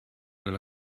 nella